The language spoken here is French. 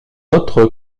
autre